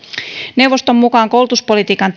neuvoston mukaan koulutuspolitiikan